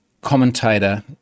commentator